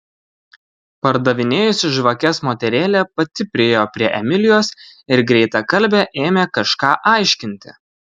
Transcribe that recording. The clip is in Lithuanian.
pardavinėjusi žvakes moterėlė pati priėjo prie emilijos ir greitakalbe ėmė kažką aiškinti